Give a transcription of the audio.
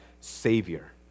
Savior